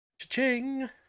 Cha-ching